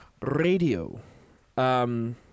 radio